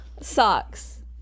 Socks